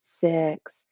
six